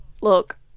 Look